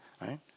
right